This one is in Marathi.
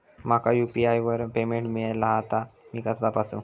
माका यू.पी.आय वर पेमेंट मिळाला हा ता मी कसा तपासू?